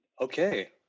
Okay